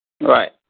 Right